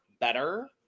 better